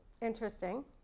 interesting